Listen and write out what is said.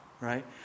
right